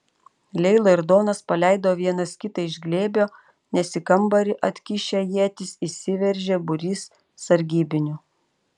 leila ir donas paleido vienas kitą iš glėbio nes į kambarį atkišę ietis įsiveržė būrys sargybinių